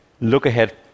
look-ahead